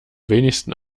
wenigsten